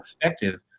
effective